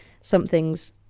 somethings